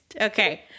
Okay